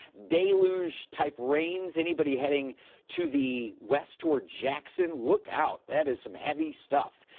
deluge-type rains. anybody heading to the west toward jackson look out. that is some heavy stuff.